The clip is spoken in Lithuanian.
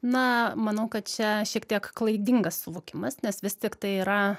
na manau kad čia šiek tiek klaidingas suvokimas nes vis tiktai yra